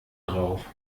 drauf